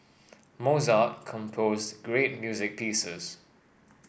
Mozart composed great music pieces